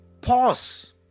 Pause